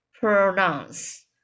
pronouns